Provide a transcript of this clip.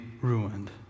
ruined